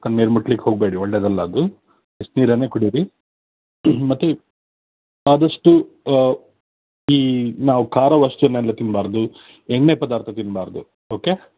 ತಣ್ಣೀರು ಮುಟ್ಟಲಿಕ್ಕೆ ಹೋಗಬೇಡಿ ಒಳ್ಳೆಯದಲ್ಲ ಅದು ಬಿಸಿನೀರನ್ನೇ ಕುಡಿಯಿರಿ ಮತ್ತು ಆದಷ್ಟು ಈ ನಾವು ಖಾರ ವಸ್ತುನ್ನೆಲ್ಲ ತಿನ್ನಬಾರದು ಎಣ್ಣೆ ಪದಾರ್ಥ ತಿನ್ನಬಾರದು ಓಕೆ